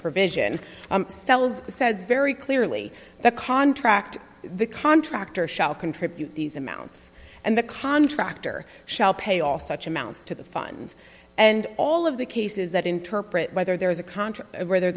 provision sells says very clearly the contract the contractor shall contribute these amounts and the contractor shall pay all such amounts to the funds and all of the cases that interpret whether there is a contract whether the